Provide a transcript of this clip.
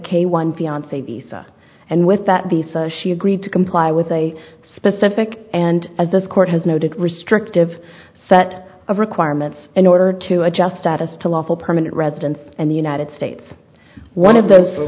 k one fiance visa and with that the so she agreed to comply with a specific and as this court has noted restrictive set of requirements in order to adjust status to lawful permanent residence in the united states one of those